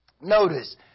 Notice